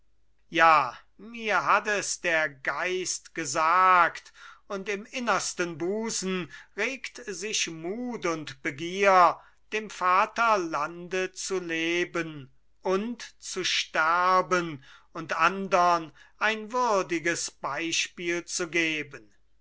ja mir hat es der geist gesagt und im innersten busen regt sich mut und begier dem vaterlande zu leben und zu sterben und andern ein würdiges beispiel zu geben